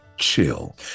chill